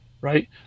right